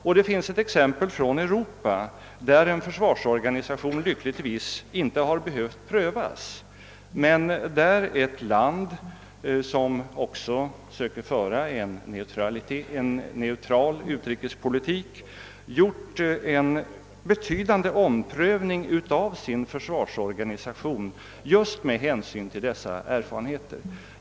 Och det finns ett exempel från Europa, där försvarsorganisationen lyckligtvis inte har behövt prövas men där ett land som liksom Sverige söker föra en neutral utrikespolitik gjort en betydande omprövning av sin försvarsorganisation just med hänsyn till dessa erfarenheter.